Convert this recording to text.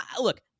look